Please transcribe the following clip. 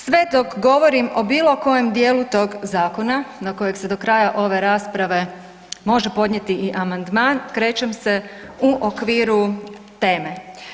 Sve dok govorim o bilo kojem dijelu tog zakona na kojeg se do kraja ove rasprave može podnijeti i amandman krećem se u okviru teme.